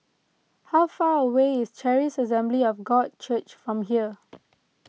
how far away is Charis Assembly of God Church from here